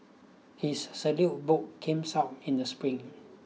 his salute book comes out in the spring